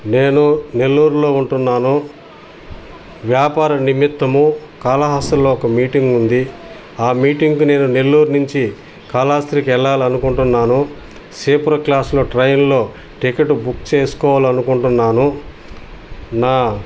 నేను నెల్లూరులో ఉంటున్నాను వ్యాపార నిమిత్తము కాళహస్తిలో ఒక మీటింగు ఉంది ఆ మీటింగ్కు నేను నెల్లూరు నించి కాళాస్త్రికి వెళ్ళాలి అనుకుంటున్నాను స్లీపర్ క్లాస్లో ట్రైన్లో టికెట్ బుక్ చేసుకోవాలనుకుంటున్నాను నా